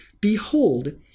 Behold